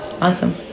awesome